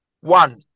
one